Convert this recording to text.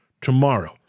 tomorrow